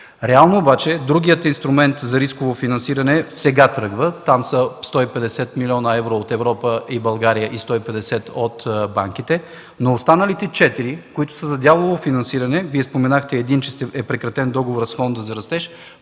Реално обаче другият инструмент за рисково финансиране сега тръгва. Там има 150 млн. евро от Европа и България и 150 млн. евро от банките. Останалите обаче 4, които са за дялово финансиране, Вие споменахте единия, че е прекратен договорът с Фонда за растеж,